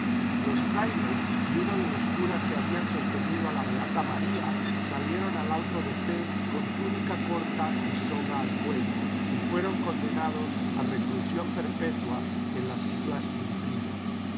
los frailes y uno de los curas que habían sostenido a la beata maría salieron al auto de fe con túnica corta y soga al cuello y fueron condenados a reclusión perpetua en las islas filipinas